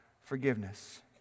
forgiveness